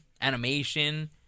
animation